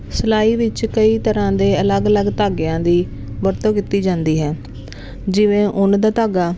ਸਿਲਾਈ ਵਿੱਚ ਕਈ ਤਰ੍ਹਾਂ ਦੇ ਅਲੱਗ ਅਲੱਗ ਧਾਗਿਆਂ ਦੀ ਵਰਤੋਂ ਕੀਤੀ ਜਾਂਦੀ ਹੈ ਜਿਵੇਂ ਉੱਨ ਦਾ ਧਾਗਾ